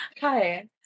Hi